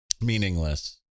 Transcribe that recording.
meaningless